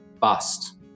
bust